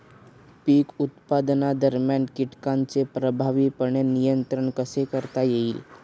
पीक उत्पादनादरम्यान कीटकांचे प्रभावीपणे नियंत्रण कसे करता येईल?